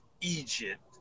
Egypt